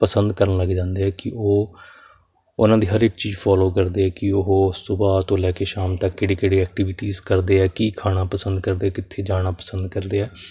ਪਸੰਦ ਕਰਨ ਲੱਗ ਜਾਂਦੇ ਕਿ ਉਹ ਉਹਨਾਂ ਦੀ ਹਰ ਇੱਕ ਚੀਜ਼ ਫੋਲੋ ਕਰਦੇ ਕਿ ਉਹ ਸੁਬਹਾ ਤੋਂ ਲੈ ਕੇ ਸ਼ਾਮ ਤੱਕ ਕਿਹੜੇ ਕਿਹੜੇ ਐਕਟੀਵਿਟੀਜ਼ ਕਰਦੇ ਆ ਕੀ ਖਾਣਾ ਪਸੰਦ ਕਰਦੇ ਕਿੱਥੇ ਜਾਣਾ ਪਸੰਦ ਕਰਦੇ ਆ